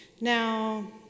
Now